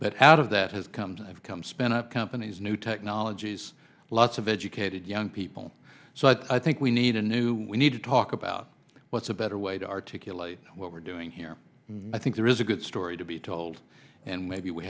but out of that has come to have come spend a company's new technologies lots of educated young people so i think we need a new we need to talk about what's a better way to articulate what we're doing here i think there is a good story to be told and maybe we